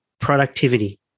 productivity